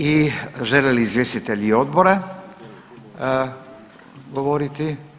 I žele li izvjestitelji odbora govoriti?